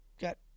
got